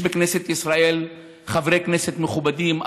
יש בכנסת ישראל חברי כנסת מכובדים,